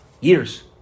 Years